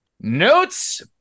Notes